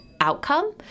outcome